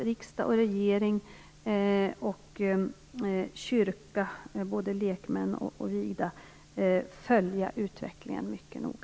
Riksdag och regering och kyrka - både lekmän och vigda - måste gemensamt följa utvecklingen mycket noga.